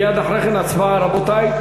מייד אחרי כן, הצבעה, רבותי.